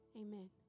amen